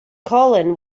colin